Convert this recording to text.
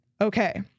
Okay